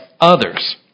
others